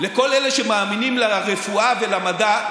לכל אלה שמאמינים לרפואה ולמדע,